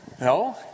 No